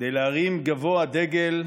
כדי להרים גבוה דגל,